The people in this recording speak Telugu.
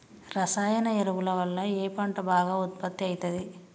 రసాయన ఎరువుల వల్ల ఏ పంట బాగా ఉత్పత్తి అయితది?